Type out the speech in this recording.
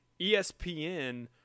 ESPN